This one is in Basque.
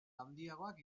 handiagoak